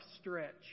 stretch